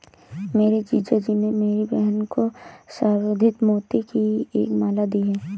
मेरे जीजा जी ने मेरी बहन को संवर्धित मोती की एक माला दी है